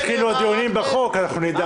נדע